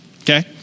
okay